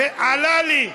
זה ארץ ישראל שלנו.